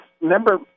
Remember